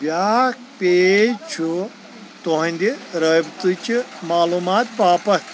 بیٛاکھ پیج چھُ تُہنٛدِ رٲبطٕچہِ معلوٗمات باپتھ